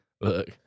Look